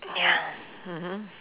ya mmhmm